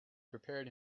prepared